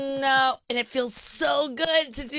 no, and it feels so good to to